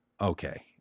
okay